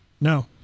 No